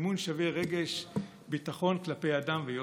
אמון שווה רגש ביטחון כלפי אדם ויושר,